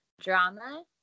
drama